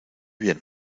bien